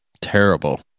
terrible